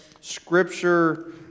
Scripture